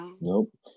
nope